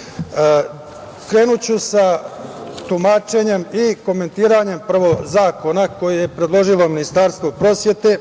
kulture. Krenuću sa tumačenjem i komentarisanjem zakona koje je predložilo Ministarstvo prosvete.